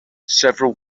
several